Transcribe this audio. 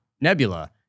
Nebula